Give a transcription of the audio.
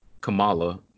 Kamala